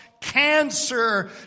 cancer